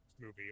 movie